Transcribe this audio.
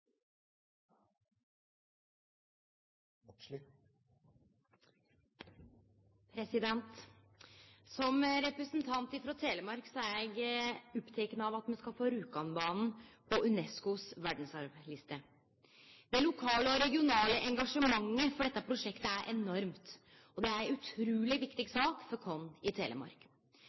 spillselskaper. Som representant frå Telemark er eg oppteken av at vi skal få Rjukanbanen på UNESCO si verdsarvliste. Det lokale og regionale engasjementet for dette prosjektet er enormt, og det er ei utruleg viktig sak for oss i Telemark.